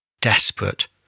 desperate